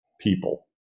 people